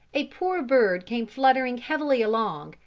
a poor bird came fluttering heavily along,